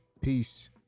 Peace